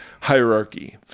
hierarchy